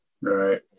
right